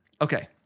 Okay